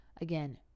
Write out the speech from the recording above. again